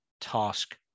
task